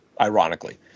ironically